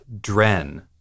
Dren